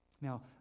Now